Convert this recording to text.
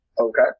Okay